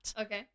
Okay